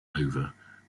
over